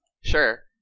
sure